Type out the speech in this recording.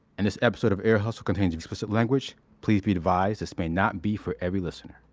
and this episode of ear hustle contains explicit language. please be advised this may not be for every listener